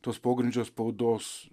tos pogrindžio spaudos